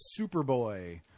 Superboy